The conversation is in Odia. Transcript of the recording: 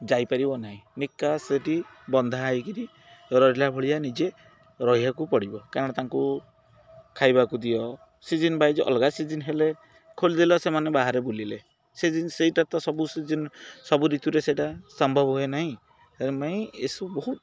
ଯାଇ ପାରିବ ନାହିଁ ନିକା ସେଇଠି ବନ୍ଧା ହେଇକିରି ରହିଲା ଭଳିଆ ନିଜେ ରହିବାକୁ ପଡ଼ିବ କାରଣ ତାଙ୍କୁ ଖାଇବାକୁ ଦିଅ ସିଜିନ୍ ୱାଇଜ ଅଲଗା ସିଜିନ୍ ହେଲେ ଖୋଲିଦେଲେ ସେମାନେ ବାହାରେ ବୁଲିଲେ ସେ ସେଇଟା ତ ସବୁ ସିଜିନ୍ ସବୁ ଋତୁରେ ସେଇଟା ସମ୍ଭବ ହୁଏ ନାହିଁ ସେଥିପାଇଁ ଏସବୁ ବହୁତ